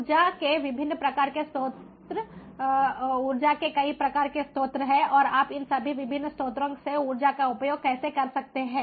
ऊर्जा के विभिन्न प्रकार के स्रोत ऊर्जा के कई प्रकार के स्रोत हैं और आप इन सभी विभिन्न स्रोतों से ऊर्जा का उपयोग कैसे कर सकते हैं